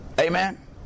amen